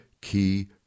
key